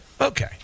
Okay